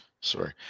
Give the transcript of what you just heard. sorry